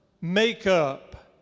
makeup